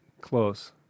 Close